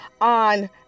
on